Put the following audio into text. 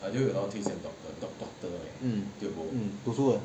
读书的